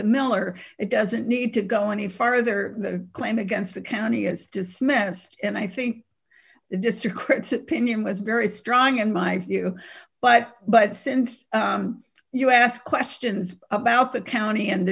to miller it doesn't need to go any farther the claim against the county is dismissed and i think the district critz opinion was very strong in my view but but since you ask questions about the county and